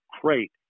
crate